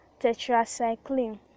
tetracycline